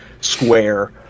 square